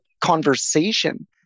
conversation